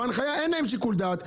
בהנחיה אין להם שיקול דעת.